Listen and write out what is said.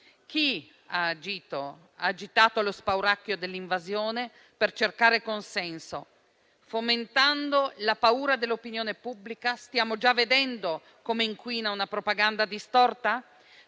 Chi ha agitato lo spauracchio dell'invasione per cercare consenso, fomenta la paura dell'opinione pubblica e inquina - come stiamo già vedendo - con una propaganda distorta.